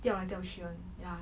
调 until she one ya